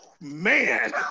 man